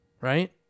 Right